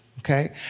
Okay